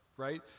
right